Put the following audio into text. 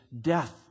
death